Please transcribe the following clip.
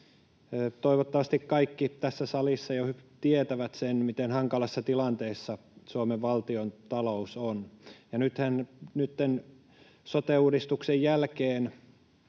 Toivottavasti kaikki tässä salissa jo tietävät, miten hankalassa tilanteessa Suomen valtiontalous on, ja nythän sote-uudistuksen jälkeen